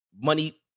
money